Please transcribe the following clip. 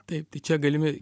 taip tai čia galimi